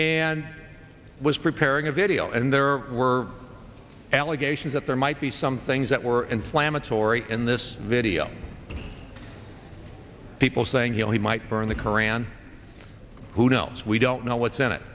and was preparing a video and there were allegations that there might be some things that were inflammatory in this video people saying he might burn the qur'an who knows we don't know what's in it